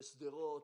על שדרות,